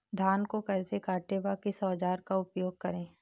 धान को कैसे काटे व किस औजार का उपयोग करें?